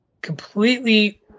completely